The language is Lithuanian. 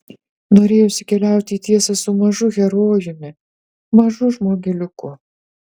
norėjosi keliauti į tiesą su mažu herojumi mažu žmogeliuku